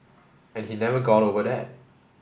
and he never got over that